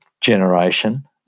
generation